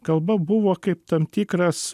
kalba buvo kaip tam tikras